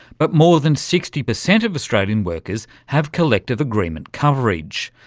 but more than sixty percent of australian workers have collective agreement coverage.